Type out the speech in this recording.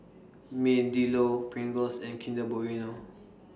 Meadowlea Pringles and Kinder Bueno